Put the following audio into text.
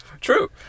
true